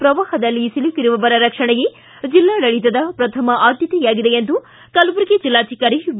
ಪ್ರವಾಪದಲ್ಲಿ ಸಿಲುಕಿರುವವರ ರಕ್ಷಣೆಯೇ ಜಿಲ್ಲಾಡಳಿತದ ಪ್ರಥಮ ಆದ್ಯತೆಯಾಗಿದೆ ಎಂದು ಕಲಬುರಗಿ ಜಿಲ್ಲಾಧಿಕಾರಿ ವಿ